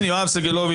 הגעתי בול בזמן.